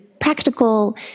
practical